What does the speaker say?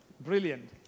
Brilliant